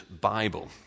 Bible